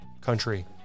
country